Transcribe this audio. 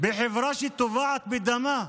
בחברה שטובעת בדמה.